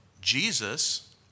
Jesus